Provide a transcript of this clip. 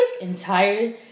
entire